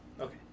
Okay